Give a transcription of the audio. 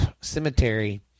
cemetery